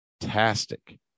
fantastic